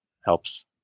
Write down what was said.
helps